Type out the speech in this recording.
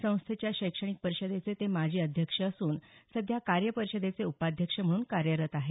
संस्थेच्या शैक्षणिक परिषदेचे ते माजी अध्यक्ष असून सध्या कार्य परिषदेचे उपाध्यक्ष म्हणून कार्यरत आहेत